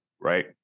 right